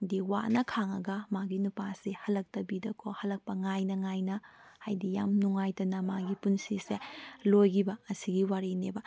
ꯗꯤ ꯋꯥꯅ ꯈꯥꯡꯉꯒ ꯃꯥꯒꯤ ꯅꯨꯄꯥꯁꯤ ꯍꯜꯂꯛꯇꯕꯤꯗꯀꯣ ꯍꯜꯂꯛꯄ ꯉꯥꯏꯅ ꯉꯥꯏꯅ ꯍꯥꯏꯕꯗꯤ ꯌꯥꯝ ꯅꯨꯡꯉꯥꯏꯇꯅ ꯃꯥꯒꯤ ꯄꯨꯟꯁꯤꯁꯦ ꯂꯣꯏꯈꯤꯕ ꯑꯁꯤꯒꯤ ꯋꯥꯔꯤꯅꯦꯕ